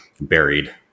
buried